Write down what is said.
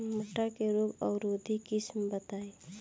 मटर के रोग अवरोधी किस्म बताई?